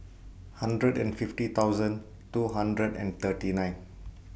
hundred and fifty thousand two hundred and thirty nine